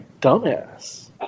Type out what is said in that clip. dumbass